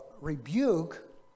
rebuke